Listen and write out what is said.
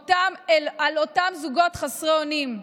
על אותם זוגות חסרי אונים.